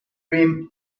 urim